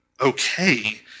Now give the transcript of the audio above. okay